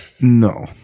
No